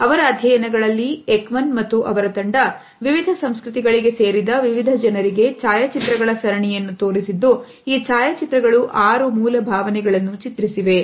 ಅವರ ಅಧ್ಯಯನಗಳಲ್ಲಿ ಏಕಮನ್ ಮತ್ತು ಅವರ ತಂಡ ವಿವಿಧ ಸಂಸ್ಕೃತಿಗಳಿಗೆ ಸೇರಿದ ವಿವಿಧ ಜನರಿಗೆ ಛಾಯಾಚಿತ್ರಗಳ ಸರಣಿಯನ್ನು ತೋರಿಸಿದ್ದು ಈ ಛಾಯಾಚಿತ್ರಗಳು 6 ಮೂಲ ಭಾವನೆಗಳನ್ನು ಚಿತ್ರಿಸಿವೆ